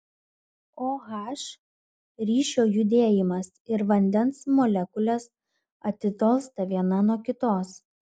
o h ryšio judėjimas ir vandens molekulės atitolsta viena nuo kitos